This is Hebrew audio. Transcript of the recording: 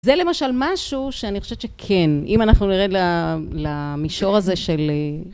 זה למשל משהו שאני חושבת שכן, אם אנחנו נרד למישור הזה של...